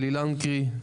אלי לנקרי,